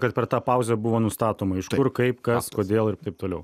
kad per tą pauzę buvo nustatoma iš kur kaip kas kodėl ir taip toliau